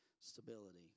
stability